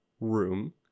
room